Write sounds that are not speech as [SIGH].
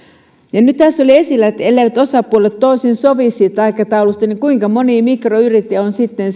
nyt kun tässä oli esillä että elleivät osapuolet toisin sovi siitä aikataulusta niin kuinkahan moni mikroyrittäjä on sitten [UNINTELLIGIBLE]